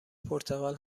پرتغال